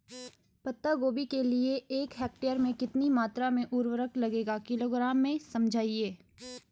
पत्ता गोभी के लिए एक हेक्टेयर में कितनी मात्रा में उर्वरक लगेगा किलोग्राम में समझाइए?